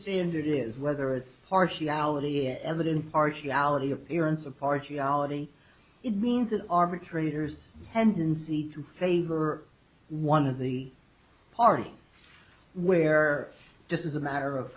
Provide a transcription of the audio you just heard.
standard is whether it's partiality evident partiality appearance of partiality it means an arbitrator's tendency to favor one of the parties where this is a matter of